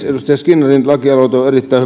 edustaja skinnarin lakialoite on erittäin